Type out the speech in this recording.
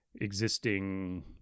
existing